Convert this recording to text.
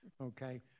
okay